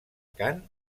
cant